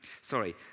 sorry